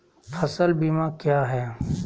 फ़सल बीमा क्या है?